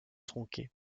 tronqué